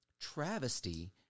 travesty